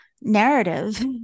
narrative